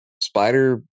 spider